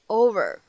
over